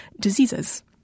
diseases